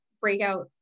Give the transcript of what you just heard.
breakout